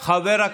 שיידרש.